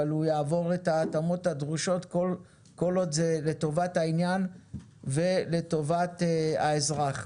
אבל הוא יעבור את ההתאמות הדרושות כל עוד זה לטובת העניין ולטובת האזרח.